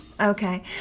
Okay